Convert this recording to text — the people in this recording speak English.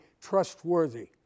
trustworthy